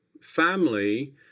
family